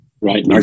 right